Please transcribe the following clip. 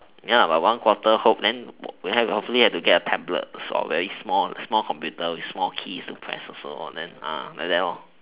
ya but one quarter hope then then hopefully can get a tablet or very small computer with small key to press also then like that all